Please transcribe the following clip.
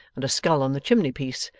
and a skull on the chimney-piece,